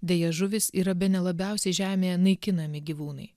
deja žuvys yra bene labiausiai žemėje naikinami gyvūnai